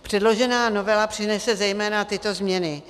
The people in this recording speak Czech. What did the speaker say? Předložená novela přinese zejména tyto změny: